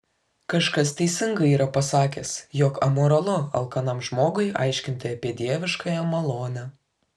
kažkas teisingai yra pasakęs jog amoralu alkanam žmogui aiškinti apie dieviškąją malonę